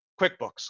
QuickBooks